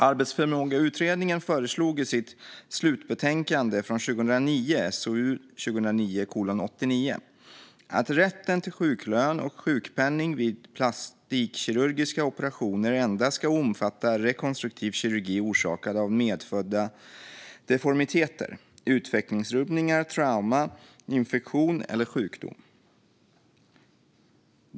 Arbetsförmågeutredningen föreslog i sitt slutbetänkande 2009 att rätten till sjuklön och sjukpenning vid plastikkirurgiska operationer endast ska omfatta rekonstruktiv kirurgi orsakad av medfödda deformiteter, utvecklingsrubbningar, trauma, infektion eller sjukdom.